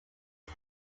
who